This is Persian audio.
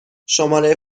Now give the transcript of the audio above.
شماره